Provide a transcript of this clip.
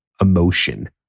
emotion